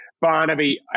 Barnaby